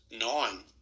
nine